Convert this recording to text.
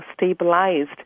stabilized